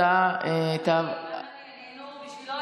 ההצעה תעבור, גם אני, גם אני, בשביל עודד.